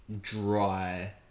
dry